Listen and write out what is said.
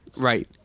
Right